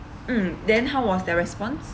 mm then how was their response